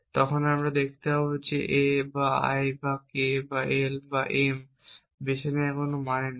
তখন আমরা দেখতে পাব যে A বা I বা K বা L বা M বেছে নেওয়ার কোন মানে নেই